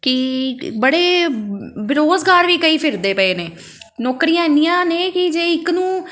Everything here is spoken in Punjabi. ਕਿ ਬੜੇ ਬੇਰੁਜ਼ਗਾਰ ਵੀ ਕਈ ਫਿਰਦੇ ਪਏ ਨੇ ਨੌਕਰੀਆਂ ਇੰਨੀਆਂ ਨੇ ਕਿ ਜੇ ਇੱਕ ਨੂੰ